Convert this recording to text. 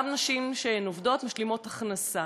גם נשים שהן עובדות ומשלימות הכנסה.